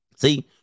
See